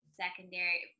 secondary